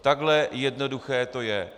Takhle jednoduché to je.